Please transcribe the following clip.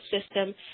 system